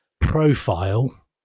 profile